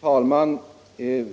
Herr talman!